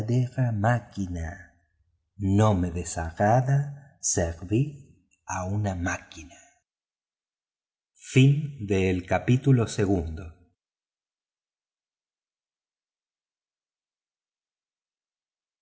máquina no me desagrada servir a una máquina